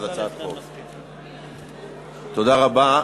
תודה רבה.